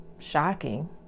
shocking